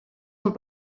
amb